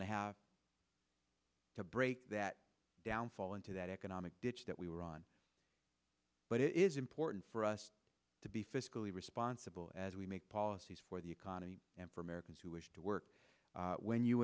and a half to break that down fall into that economic ditch that we were on but it is important for us to be fiscally responsible as we make policies for the economy and for americans who wish to work when you